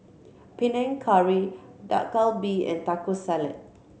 Panang Curry Dak Galbi and Taco Salad